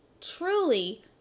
truly